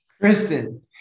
Kristen